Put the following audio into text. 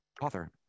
Author